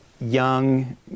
young